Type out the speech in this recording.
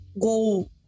go